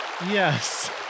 Yes